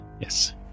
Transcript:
Yes